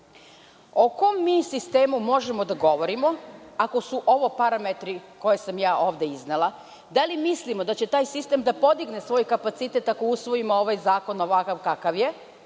O kom mi sistemu možemo da govorimo ako su ovo parametri koje sam ja ovde iznela? Da li mislimo da će taj sistem da podigne svoj kapacitet ako usvojimo ovaj zakon, ovakav kakav je?